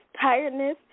tiredness